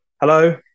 Hello